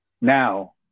now